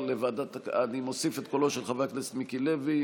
אני מוסיף את קולו של חבר הכנסת מיקי לוי,